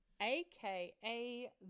aka